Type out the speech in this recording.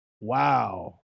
Wow